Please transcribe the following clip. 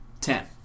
ten